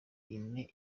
ine